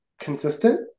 consistent